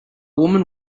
woman